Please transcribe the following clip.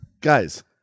Guys